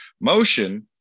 Motion